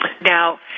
Now